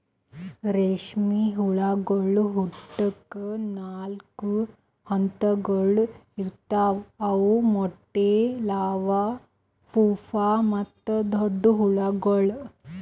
ರೇಷ್ಮೆ ಹುಳಗೊಳ್ ಹುಟ್ಟುಕ್ ನಾಲ್ಕು ಹಂತಗೊಳ್ ಇರ್ತಾವ್ ಅವು ಮೊಟ್ಟೆ, ಲಾರ್ವಾ, ಪೂಪಾ ಮತ್ತ ದೊಡ್ಡ ಹುಳಗೊಳ್